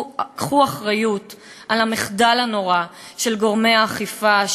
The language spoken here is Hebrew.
קחו אחריות על המחדל הנורא של גורמי האכיפה,